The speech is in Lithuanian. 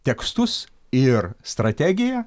tekstus ir strategiją